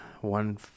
One